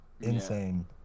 insane